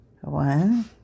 One